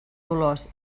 dolors